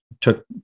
took